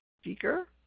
speaker